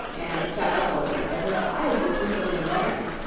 and stuck up a little but his eyes were twinkling and merry.